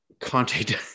Conte